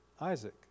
Isaac